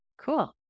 Cool